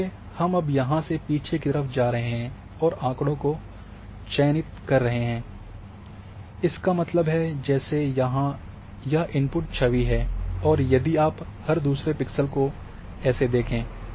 इसलिए हम अब यहाँ से पीछे की तरफ़ जा रहे हैं और आंकड़ों को चयनित कर रहे हैं इसका मतलब है जैसे यहाँ यह इनपुट छवि है और यदि आप हर दूसरे पिक्सेल को ऐसे देखें